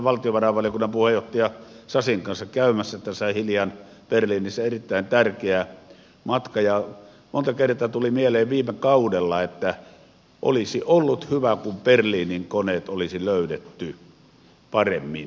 me olimme valtiovarainvaliokunnan puheenjohtaja sasin kanssa käymässä tässä hiljan berliinissä erittäin tärkeä matka ja monta kertaa tuli mieleen viime kaudella että olisi ollut hyvä kun berliinin koneet olisi löydetty paremmin